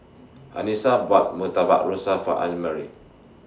Anissa bought Murtabak Rusa For Annmarie